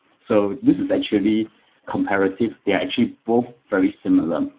so this is actually comparative. they are actually both very similar.